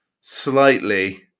slightly